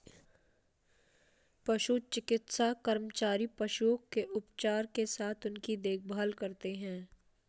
पशु चिकित्सा कर्मचारी पशुओं के उपचार के साथ उनकी देखभाल करते हैं